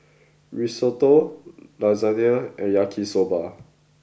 Risotto Lasagna and Yaki Soba